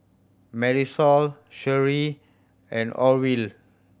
Marisol Sheri and Orvil